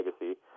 Legacy